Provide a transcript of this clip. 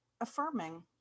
affirming